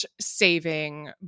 saving